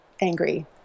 angry